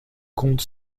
compte